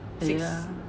!haiya!